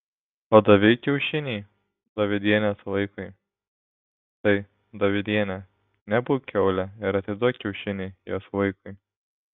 o davei kiaušinį dovydienės vaikui tai dovydiene nebūk kiaulė ir atiduok kiaušinį jos vaikui